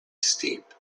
steep